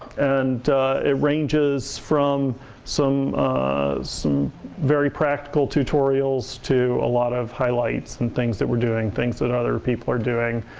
and it ranges from some some very practical tutorials to a lot of highlights and things that we're going. things that other people are doing.